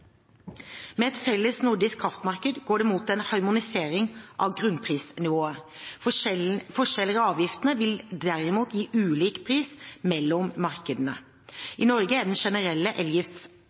Med et felles nordisk kraftmarked går det mot en harmonisering av grunnprisnivået. Forskjeller i avgiftene vil derimot gi ulik pris mellom markedene. I Norge er den generelle